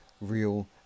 real